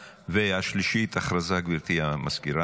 קטנים או בינוניים בשליטת משרתי מילואים),